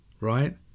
right